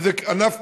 שזה ענף קיומי.